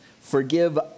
Forgive